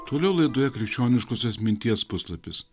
toliau laidoje krikščioniškosios minties puslapis